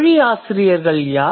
மொழி ஆசிரியர்கள் யார்